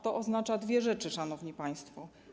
To oznacza dwie rzeczy, szanowni państwo.